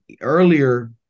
earlier